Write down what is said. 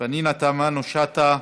פנינה תמנו שטה,